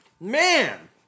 Man